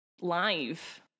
live